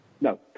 no